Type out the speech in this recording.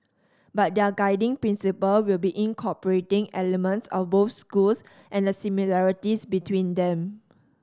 but their guiding principle will be incorporating elements of both schools and the similarities between them